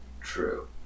True